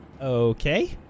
Okay